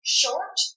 short